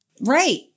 right